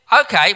okay